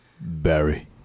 Barry